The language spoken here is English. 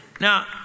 Now